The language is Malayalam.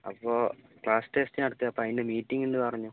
അപ്പോൾ ക്ലാസ്സ് ടെസ്റ്റ് നടത്തി അപ്പോൾ അതിൻ്റെ മീറ്റിംഗ് ഉണ്ടെന്നു പറഞ്ഞു